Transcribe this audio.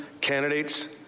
candidates